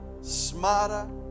smarter